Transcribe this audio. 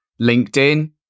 LinkedIn